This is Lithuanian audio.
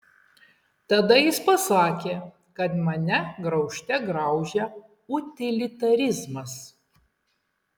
tada jis pasakė kad mane graužte graužia utilitarizmas